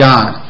God